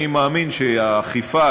אני מאמין שהאכיפה,